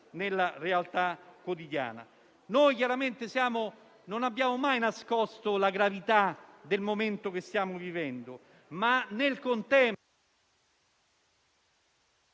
nella realtà quotidiana. Noi chiaramente non abbiamo mai nascosto la gravità del momento che stiamo vivendo, ma, al contempo,